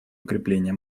укрепление